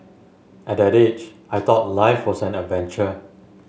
at that age I thought life was an adventure